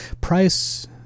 price